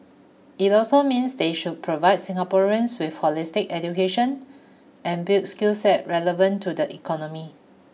it also means they should provide Singaporeans with holistic education and build skill set relevant to the economy